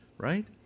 Right